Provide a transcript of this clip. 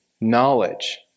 knowledge